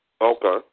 Okay